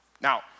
Now